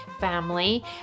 family